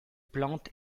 plante